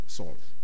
solve